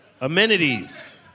amenities